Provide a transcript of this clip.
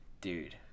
Dude